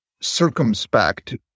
circumspect